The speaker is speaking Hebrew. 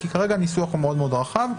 כי כרגע הניסוח הוא מאוד רחב.